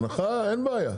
הנחה, אין בעיה.